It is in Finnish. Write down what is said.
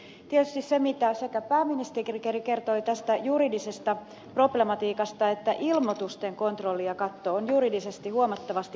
skinnari täällä kysyi tietysti sekä se mitä pääministeri kertoi tästä juridisesta problematiikasta että ilmoitusten kontrolli ja katto ovat juridisesti huomattavasti helpompia